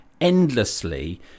endlessly